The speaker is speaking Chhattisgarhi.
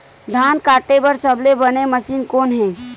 धान काटे बार सबले बने मशीन कोन हे?